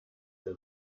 hin